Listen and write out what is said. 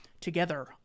together